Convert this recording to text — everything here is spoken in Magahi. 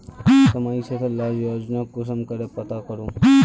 सामाजिक क्षेत्र लार योजना कुंसम करे पता करूम?